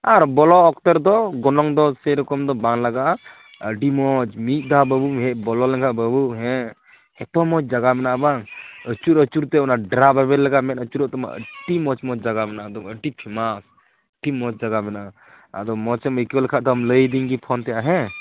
ᱟᱨ ᱵᱚᱞᱚᱜ ᱚᱠᱛᱚ ᱨᱮᱫᱚ ᱜᱚᱱᱚᱝ ᱫᱚ ᱥᱮᱨᱚᱠᱚᱢ ᱵᱟᱝ ᱞᱟᱜᱟᱜᱼᱟ ᱟᱹᱰᱤ ᱢᱚᱡᱽ ᱢᱤᱫ ᱫᱷᱟᱣ ᱵᱟᱹᱵᱩᱢ ᱵᱚᱞᱚ ᱞᱮᱱᱠᱷᱟᱡ ᱵᱟᱹᱵᱩ ᱦᱮᱸ ᱮᱛᱚ ᱢᱚᱡᱽ ᱡᱟᱜᱟ ᱢᱮᱱᱟᱜᱼᱟ ᱵᱟᱝ ᱟᱹᱪᱩᱨ ᱟᱹᱪᱩᱨᱛᱮ ᱚᱱᱟ ᱚᱱᱟ ᱰᱮᱨᱟ ᱵᱟᱵᱮᱨ ᱞᱮᱠᱟ ᱢᱮᱫ ᱟᱹᱪᱩᱨᱜ ᱛᱟᱢᱟ ᱟᱹᱰᱤ ᱢᱚᱡᱽ ᱢᱚᱡᱽ ᱡᱟᱜᱟ ᱢᱮᱱᱟᱜᱼᱟ ᱮᱠᱫᱚᱢ ᱟᱹᱰᱤ ᱯᱷᱮᱢᱟᱥ ᱟᱹᱰᱤ ᱢᱚᱡᱽ ᱡᱟᱜᱟ ᱢᱮᱱᱟᱜᱼᱟ ᱟᱫᱚ ᱢᱚᱡᱽ ᱮᱢ ᱟᱹᱭᱠᱟᱹᱣ ᱞᱮᱠᱷᱟᱡ ᱫᱚ ᱞᱟᱹᱭᱟᱫᱤᱧ ᱜᱮ ᱯᱷᱳᱱ ᱛᱮᱦᱟᱜ ᱦᱮᱸ